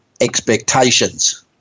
expectations